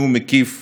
הוא מבקש דחייה.